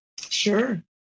Sure